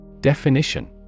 Definition